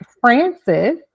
francis